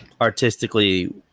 artistically